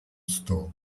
store